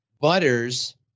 Butters